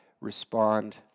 respond